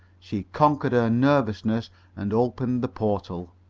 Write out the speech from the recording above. she conquered her nervousness and opened the portal.